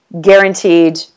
guaranteed